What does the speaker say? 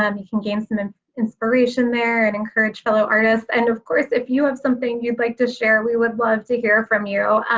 um you can gain some inspiration there and encourage fellow artists, and of course, if you have something you'd like to share we would love to hear from you.